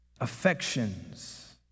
affections